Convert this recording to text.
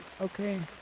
okay